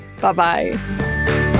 Bye-bye